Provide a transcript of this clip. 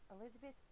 Elizabeth